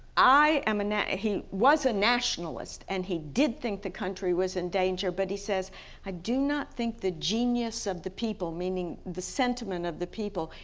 i am, and he was a nationalist and he did think the country was in danger but he says i do not think the genius of the people, meaning the sentiment of the people,